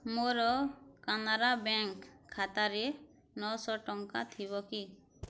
ମୋର କାନାରା ବ୍ୟାଙ୍କ୍ ଖାତାରେ ନଅଶ ଟଙ୍କା ଥିବ କି